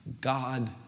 God